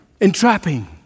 entrapping